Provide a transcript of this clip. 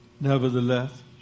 Nevertheless